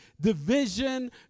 division